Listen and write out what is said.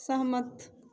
सहमत